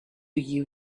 you